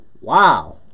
Wow